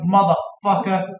Motherfucker